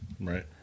Right